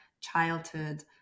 childhood